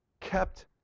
kept